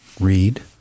read